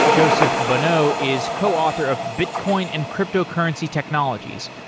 joseph bonneau is co-author of bitcoin and cryptocurrency technologies,